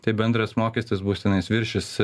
tai bendras mokestis bus tenais viršys